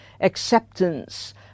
acceptance